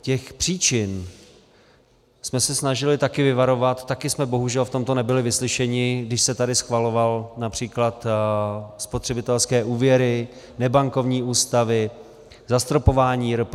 Těch příčin jsme se snažili taky vyvarovat, taky jsme bohužel v tomto nebyli vyslyšeni, když se tady schvalovaly například spotřebitelské úvěry, nebankovní ústavy, zastropování RPSN.